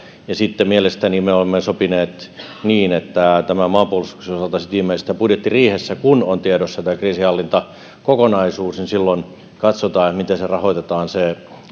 ja sitten mielestäni me olemme sopineet niin että maanpuolustuksen osalta viimeistään budjettiriihessä kun on tiedossa tämä kriisinhallintakokonaisuus katsotaan miten se